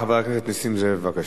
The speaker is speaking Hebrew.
חבר הכנסת נסים זאב, בבקשה.